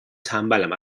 تنبلم